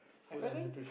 F-and-N